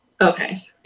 Okay